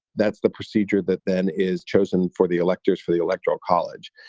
that's the procedure that then is chosen for the electors for the electoral college.